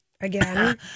Again